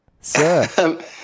sir